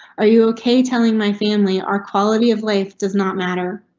are you ok telling my family our quality of life does not matter?